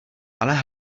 ale